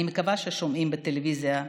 אני מקווה ששומעים מהטלוויזיה בחדר.